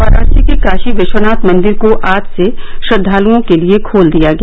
वाराणसी के काशी विश्वनाथ मंदिर को आज से श्रद्वाल्ओं के लिए खोल दिया गया